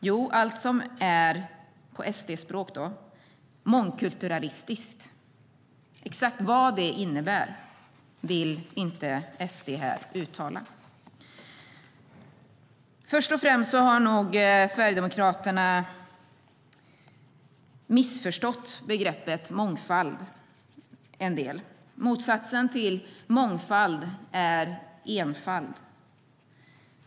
Jo, allt som på SD-språk är "mångkulturalistiskt". Exakt vad det innebär vill SD här inte uttala. Först och främst har nog Sverigedemokraterna missförstått begreppet mångfald en del. Motsatsen till mångfald är enfald.